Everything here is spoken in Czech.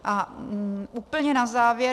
A úplně na závěr.